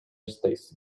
stays